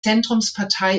zentrumspartei